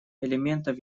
элементов